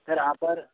तर आपण